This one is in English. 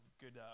good